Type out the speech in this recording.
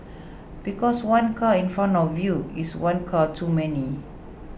because one car in front of you is one car too many